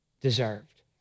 deserved